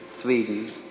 Sweden